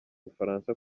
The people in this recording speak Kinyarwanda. bufaransa